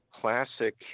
classic